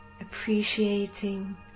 appreciating